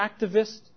activist